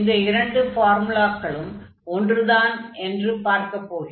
இந்த இரண்டு ஃபார்முலாக்களும் ஒன்றுதான் என்று பார்க்கப் போகிறோம்